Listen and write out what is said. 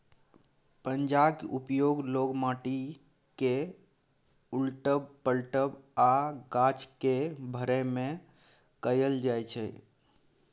पंजाक उपयोग लोक माटि केँ उलटब, पलटब आ गाछ केँ भरय मे कयल जाइ छै